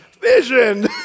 vision